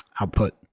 output